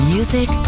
Music